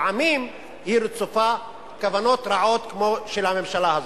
לפעמים היא רצופה כוונות רעות כמו של הממשלה הזו.